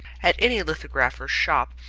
at any lithographer's shop,